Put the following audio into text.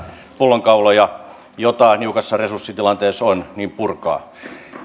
pullonkauloja joita niukassa resurssitilanteessa on